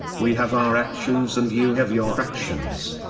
we have our actions and you have your actions.